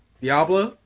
Diablo